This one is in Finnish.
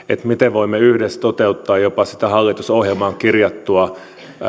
miten voimme yhdessä toteuttaa jopa sitä hallitusohjelmaan kirjattua